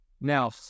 Now